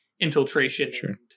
infiltration